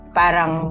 parang